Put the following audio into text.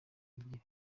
ebyiri